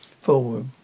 forward